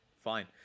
fine